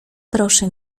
proszę